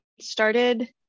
started